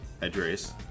address